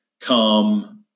come